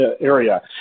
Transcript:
area